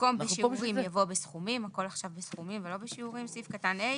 במקום "בשיעורים" יבוא "בסכומים"; בסעיף קטן (ה),